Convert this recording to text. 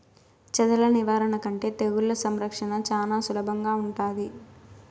చెదల నివారణ కంటే తెగుళ్ల సంరక్షణ చానా సులభంగా ఉంటాది